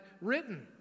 written